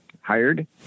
hired